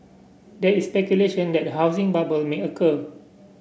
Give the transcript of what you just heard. there is speculation that a housing bubble may occur